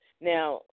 Now